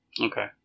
Okay